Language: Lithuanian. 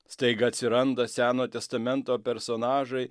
staiga atsiranda seno testamento personažai